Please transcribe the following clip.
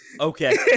Okay